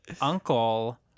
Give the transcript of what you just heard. uncle